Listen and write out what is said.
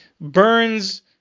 burns